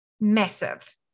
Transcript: massive